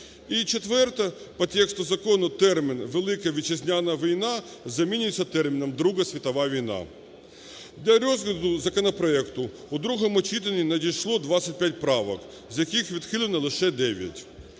четверте. По тексту закону термін "Велика Вітчизняна війна" замінюється терміном "Друга світова війна". Для розгляду законопроекту у другому читанні надійшло 25 правок, з яких відхилено лише 9.